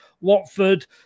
Watford